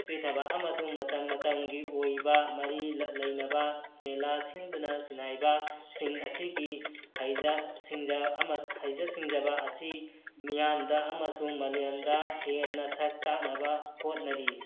ꯄꯤꯊꯕ ꯑꯃꯁꯨꯡ ꯃꯇꯝ ꯃꯇꯝꯒꯤ ꯑꯣꯏꯕ ꯃꯔꯤ ꯂꯩꯅꯕ ꯃꯦꯂꯥ ꯁꯤꯟꯗꯨꯅ ꯁꯤꯟꯅꯥꯏꯕ ꯁꯤꯡ ꯑꯁꯤꯒꯤ ꯍꯩꯖ ꯁꯤꯡꯖ ꯑꯃ ꯍꯩꯖ ꯁꯤꯡꯖꯕ ꯑꯁꯤ ꯃꯤꯌꯥꯝꯗ ꯑꯃꯁꯨꯡ ꯃꯥꯂꯦꯝꯗ ꯍꯦꯟꯅ ꯁꯛ ꯇꯥꯛꯅꯕ ꯍꯣꯠꯅꯔꯤ